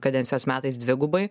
kadencijos metais dvigubai